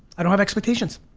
i don't have expectations